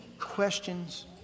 questions